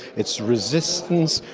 it's resistance,